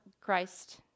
Christ